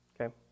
Okay